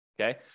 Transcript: Okay